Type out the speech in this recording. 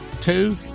Two